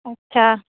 ਅੱਛਾ